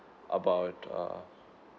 about uh